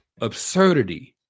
absurdity